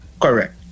Correct